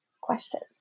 questions